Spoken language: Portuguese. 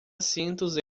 assentos